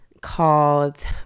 called